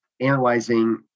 analyzing